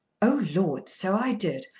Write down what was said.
oh lord! so i did.